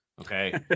okay